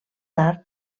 tard